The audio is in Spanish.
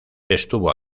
estuvo